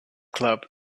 club